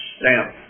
stamp